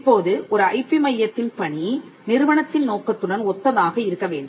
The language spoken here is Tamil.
இப்போது ஒரு ஐபி மையத்தின் பணி நிறுவனத்தின் நோக்கத்துடன் ஒத்ததாக இருக்க வேண்டும்